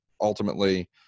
ultimately